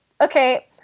okay